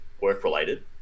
work-related